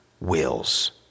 wills